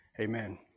Amen